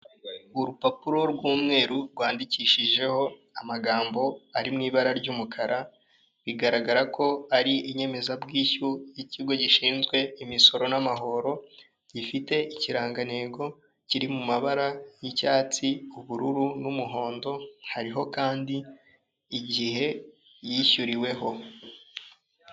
Urupapuro rw'umweru rwandikishijeho amagambo ari mu ibara ry'umukara bigaragara ko ari inyemezabwishyu y'ikigo gishinzwe imisoro n'amahoro gifite ikirangantego kiri mu mabara y'icyatsi, ubururu n'umuhondo hariho kandi igihe yishyuriweho.